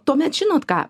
tuomet žinot ką